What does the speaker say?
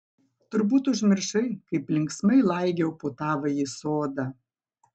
turbūt užmiršai kaip linksmai laigiau po tavąjį sodą